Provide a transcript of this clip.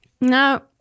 No